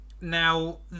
Now